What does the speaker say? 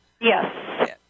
Yes